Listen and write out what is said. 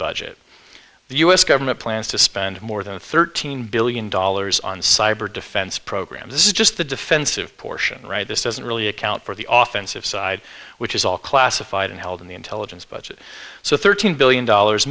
budget the u s government plans to spend more than thirteen billion dollars on cyber defense programs this is just the defensive portion right this doesn't really account for the office of side which is all classified and held in the intelligence budget so thirteen billion dollars